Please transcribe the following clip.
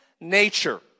nature